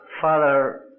Father